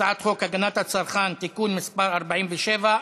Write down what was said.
הצעת חוק הגנת הצרכן (תיקון מס' 47)